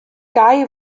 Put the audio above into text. gau